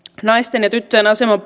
naisten ja tyttöjen aseman